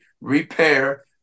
repair